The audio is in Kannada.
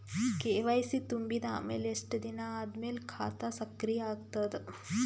ಕೆ.ವೈ.ಸಿ ತುಂಬಿದ ಅಮೆಲ ಎಷ್ಟ ದಿನ ಆದ ಮೇಲ ಖಾತಾ ಸಕ್ರಿಯ ಅಗತದ?